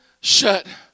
shut